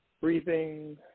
breathing